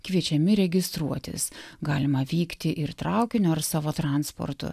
kviečiami registruotis galima vykti ir traukiniu ar savo transportu